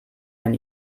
wenn